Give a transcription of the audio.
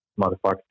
motherfucker